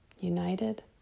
united